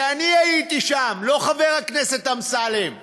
ואני הייתי שם, לא חבר הכנסת אמסלם,